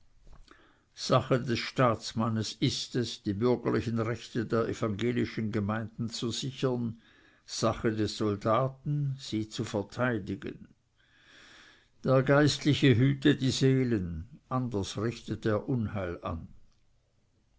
sache des staatsmannes ist es die bürgerlichen rechte der evangelischen gemeinden zu sichern sache des soldaten sie zu verteidigen der geistliche hüte die seelen anders richtet er unheil an